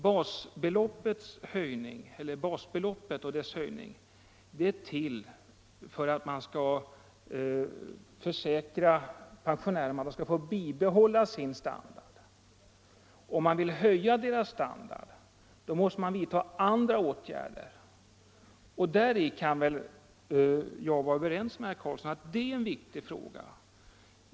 Basbeloppet och dess höjning är till för att man skall tillförsäkra pensionärerna bibehållen standard. Om man vill höja pensionärernas standard, måste man vidta andra åtgärder. Jag kan väl vara överens med herr Carlsson om att detta är en viktig fråga.